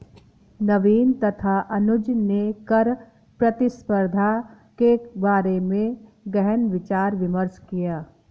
नवीन तथा अनुज ने कर प्रतिस्पर्धा के बारे में गहन विचार विमर्श किया